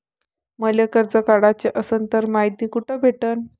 मले कर्ज काढाच असनं तर मायती कुठ भेटनं?